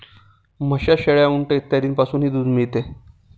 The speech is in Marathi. म्हशी, शेळ्या, उंट इत्यादींपासूनही दूध मिळते